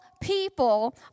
people